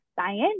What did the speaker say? science